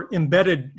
embedded